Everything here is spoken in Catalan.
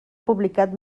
publicat